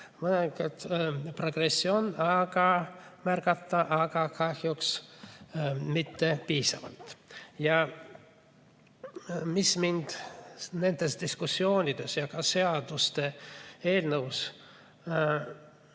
Mõningat progressi on märgata, aga kahjuks mitte piisavalt. Mis mind nendes diskussioonides ja ka seaduseelnõudes